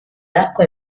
acqua